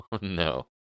No